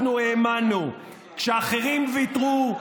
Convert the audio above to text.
אנחנו האמנו, כשאחרים ויתרו,